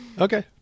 okay